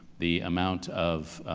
the amount of